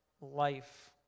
life